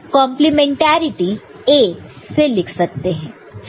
complementarity a से लिख सकते हैं